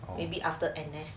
maybe after N_S